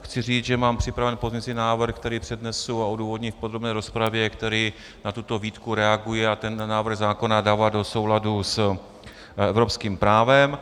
Chci říct, že mám připraven pozměňující návrh, který přednesu a odůvodním v podrobné rozpravě, který na tuto výtku reaguje a návrh zákona dává do souladu s evropským právem.